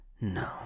No